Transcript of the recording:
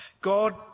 God